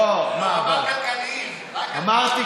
הוא אמר "כלכליים".